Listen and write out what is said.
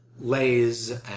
lays